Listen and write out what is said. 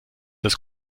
das